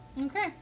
Okay